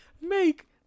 Make